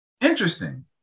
interesting